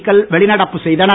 க்கள் வெளிநடப்பு செய்தனர்